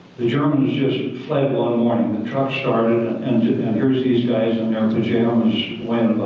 the germans just fled one morning. the truck started and here's these guys in their pajamas weighing